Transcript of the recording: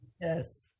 Yes